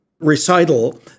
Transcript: recital